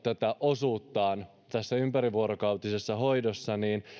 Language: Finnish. osuuttaan tässä ympärivuorokautisessa hoidossa niin